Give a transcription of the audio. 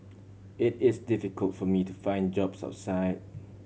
it is difficult for me to find jobs outside